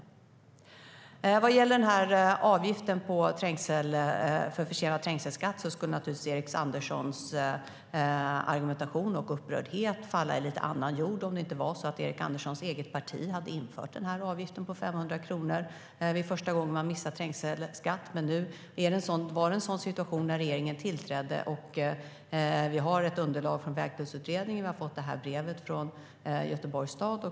När det gäller avgiften för försenad trängselskatt skulle naturligtvis Erik Anderssons upprördhet falla i annan jord om det inte var så att hans eget parti hade infört denna avgift på 500 kronor. Det är detta som var situationen när regeringen tillträdde. Vi har ett underlag från Vägtullsutredningen, och vi har fått brevet från Göteborgs stad.